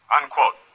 Unquote